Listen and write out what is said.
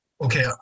Okay